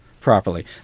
properly